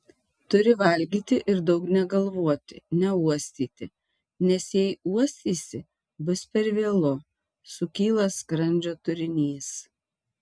turi valgyti ir daug negalvoti neuostyti nes jei uostysi bus per vėlu sukyla skrandžio turinys